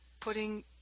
putting